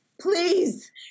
please